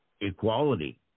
equality